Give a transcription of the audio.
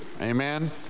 amen